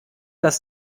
dass